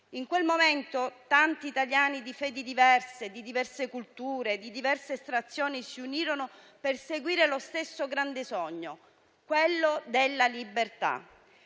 In quel momento tanti italiani di fedi diverse, di diverse culture e di diverse estrazioni si unirono per seguire lo stesso grande sogno, quello della libertà.